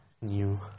new